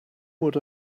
would